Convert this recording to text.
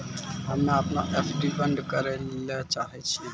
हम्मे अपनो एफ.डी बन्द करै ले चाहै छियै